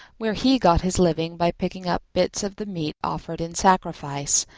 where he got his living by picking up bits of the meat offered in sacrifice,